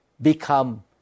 become